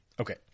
Okay